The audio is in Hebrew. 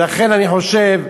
לכן אני חושב,